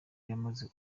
yamaze